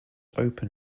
open